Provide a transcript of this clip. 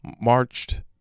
marched